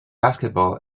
basketball